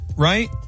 right